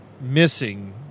missing